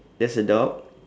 there's a dog